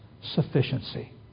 sufficiency